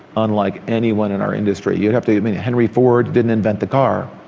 unlike anyone in our industry. you'd have to admit, henry ford didn't invent the car,